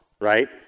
Right